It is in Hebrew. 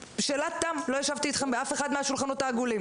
שאלת תם לא ישבתי אתכם באף אחד מהשולחנות העגולים.